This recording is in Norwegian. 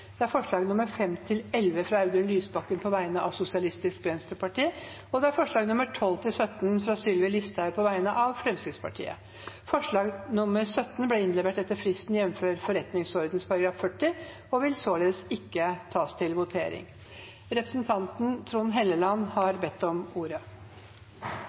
fra Audun Lysbakken på vegne av Sosialistisk Venstreparti forslagene nr. 12–17, fra Sylvi Listhaug på vegne av Fremskrittspartiet Forslag nr. 17 ble innlevert etter fristen jf. forretningsordenens § 40 og vil således ikke tas til votering. Representanten Trond Helleland har bedt om ordet.